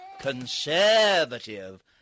conservative